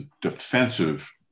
defensive